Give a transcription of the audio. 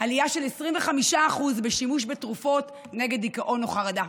ועלייה של 25% בשימוש בתרופות נגד דיכאון או חרדה.